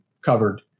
covered